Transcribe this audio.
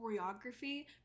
choreography